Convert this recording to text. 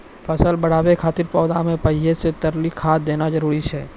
फसल बढ़ाबै खातिर पौधा मे पहिले से तरली खाद देना जरूरी छै?